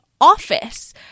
office